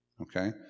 okay